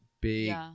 big